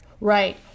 Right